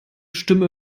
stimme